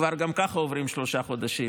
כבר ככה עוברים שלושה חודשים,